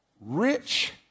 rich